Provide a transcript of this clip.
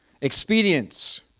Expedience